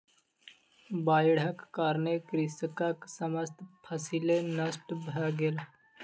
बाइढ़क कारणेँ कृषकक समस्त फसिल नष्ट भ गेल